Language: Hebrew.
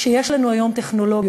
שיש לנו היום טכנולוגיות.